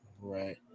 right